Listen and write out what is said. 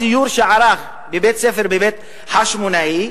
בסיור שערך בבית-ספר בבית-חשמונאי,